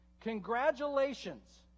Congratulations